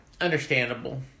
understandable